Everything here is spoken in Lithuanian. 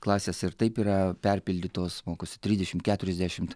klasės ir taip yra perpildytos mokosi trisdešimt keturiasdešimt